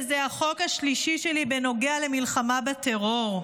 וזה החוק השלישי שלי בנוגע למלחמה בטרור.